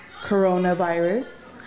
coronavirus